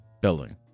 building